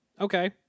okay